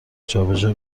جابجا